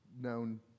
known